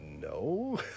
no